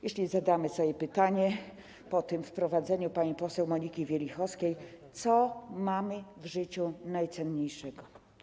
Jeśli zadamy sobie pytanie po tym wprowadzeniu pani poseł Moniki Wielichowskiej, co mamy w życiu najcenniejszego?